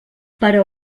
però